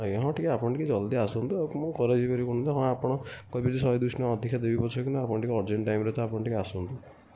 ଆଜ୍ଞା ହଁ ଟିକେ ଆପଣ ଟିକେ ଜଲ୍ଦୀ ଆସନ୍ତୁ ହଁ ଆପଣ କହିବେ ଯଦି ଶହେ ଦୁଇଶହ ଟଙ୍କା ଅଧିକ ଦେବି ପଛେ କିନ୍ତୁ ଆପଣ ଟିକେ ଅରଜେଣ୍ଟ୍ ଟାଇମ୍ରେ ତ ଆପଣ ଟିକେ ଆସନ୍ତୁ